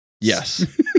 yes